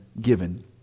given